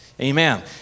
Amen